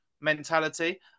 mentality